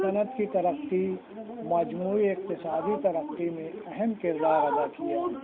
صنعت کی ترقی مجموعی اقتصادی ترقی میں اہم کردار ادا کیا ہے